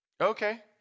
Okay